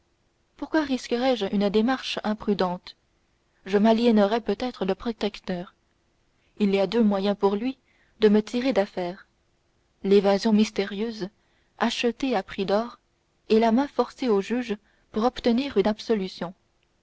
pourquoi risquerai je une démarche imprudente je m'aliénerais peut-être le protecteur il y a deux moyens pour lui de me tirer d'affaire l'évasion mystérieuse achetée à prix d'or et la main forcée aux juges pour obtenir une absolution